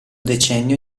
decennio